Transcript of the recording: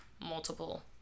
multiple